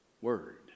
Word